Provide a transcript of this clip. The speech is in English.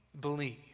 believe